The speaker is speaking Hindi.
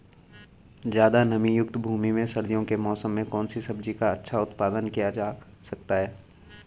ज़्यादा नमीयुक्त भूमि में सर्दियों के मौसम में कौन सी सब्जी का अच्छा उत्पादन किया जा सकता है?